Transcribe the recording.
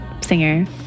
singer